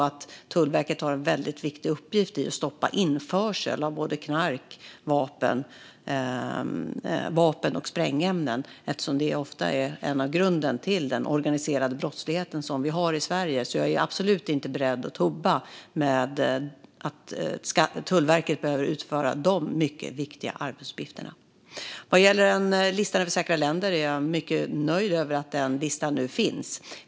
Tullverket har en väldigt viktig uppgift i att stoppa införsel av knark, vapen och sprängämnen. Det är ofta en grund till den organiserade brottsligheten vi har i Sverige. Jag är absolut inte beredd att tubba med att Tullverket behöver utföra de mycket viktiga arbetsuppgifterna. Vad gäller listan över säkra länder är jag mycket nöjd över att den listan nu finns.